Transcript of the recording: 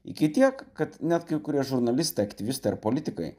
iki tiek kad net kai kurie žurnalistai aktyvistai ar politikai